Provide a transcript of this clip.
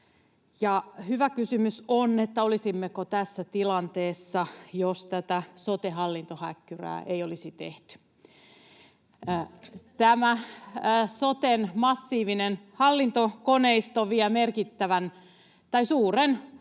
Hyvä kysymys on, olisimmeko tässä tilanteessa, jos tätä sote-hallintohäkkyrää ei olisi tehty. Tämä soten massiivinen hallintokoneisto vie suuren rahapotin